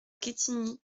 quetigny